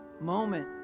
moment